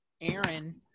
Aaron